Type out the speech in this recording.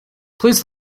please